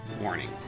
warning